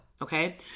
Okay